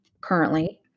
currently